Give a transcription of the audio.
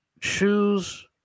choose